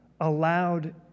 allowed